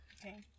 Okay